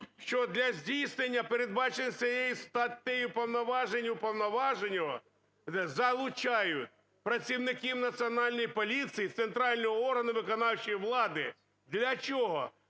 що для здійснення передбачених цією статтею повноважень уповноваженого залучають працівників Національної поліції, центральні органи виконавчої влади. Для чого?